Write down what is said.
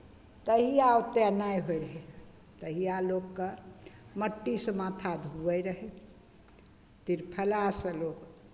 तहिया ओतेक नहि होइत रहय तहिया लोकके मट्टीसँ माथा धोअइत रहय त्रिफलासँ लोक